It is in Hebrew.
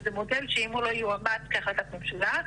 וזה מודל שאם הוא לא יועבר כהחלטת ממשלה,